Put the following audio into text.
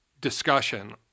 discussion